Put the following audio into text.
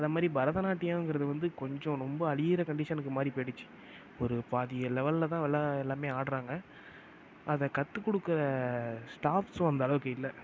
அதை மாதிரி பரதநாட்டியங்கிறது வந்து கொஞ்சம் ரொம்ப அழிகிற கண்டிஷனுக்கு மாதிரி போய்டுச்சு ஒரு பாதி லெவெலில் தான் எல்லாம் எல்லாம் ஆடுறாங்க அதை கற்றுக் கொடுக்குற ஸ்டாஃப்ஸும் அந்த அளவுக்கு இல்லை